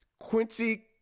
Quincy